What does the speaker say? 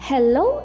Hello